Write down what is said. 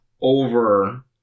over